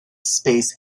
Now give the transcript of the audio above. space